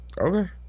Okay